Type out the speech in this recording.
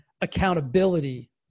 accountability